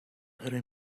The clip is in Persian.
داره